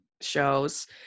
shows